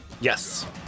Yes